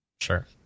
sure